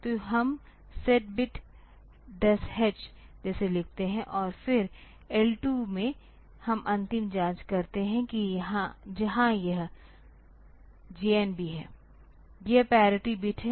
तो हम set bit 10 h जैसे लिखते हैं और फिर L 2 में हम अंतिम जाँच करते हैं कि जहाँ यह JNB है यह पैरिटी बिट है